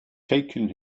taking